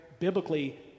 biblically